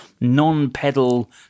non-pedal